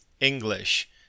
English